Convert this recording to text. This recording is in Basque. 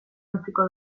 utziko